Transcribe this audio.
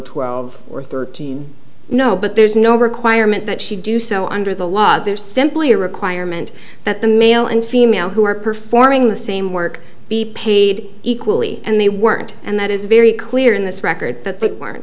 twelve or thirteen no but there's no requirement that she do so under the law there is simply a requirement that the male and female who are performing the same work be paid equally and they weren't and that is very clear in this record